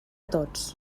tots